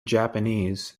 japanese